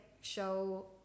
show